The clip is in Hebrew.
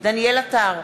דניאל עטר,